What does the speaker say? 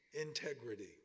integrity